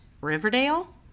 Riverdale